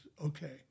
okay